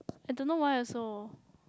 I don't know why also